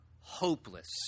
hopeless